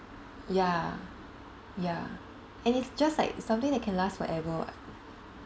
ya ya and it's just like something that can last forever [what]